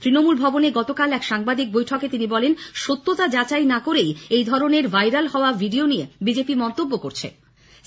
তৃণমূল ভবনে গতকাল এক সাংবাদিক বৈঠকে সুব্রতবাবু বলেন সত্যতা যাচাই না করেই এই ধরনের ভাইরাল হওয়া অডিও নিয়ে বিজেপি মন্তব্য করছে